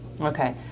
Okay